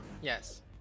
yes